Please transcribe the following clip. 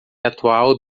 atual